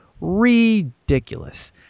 Ridiculous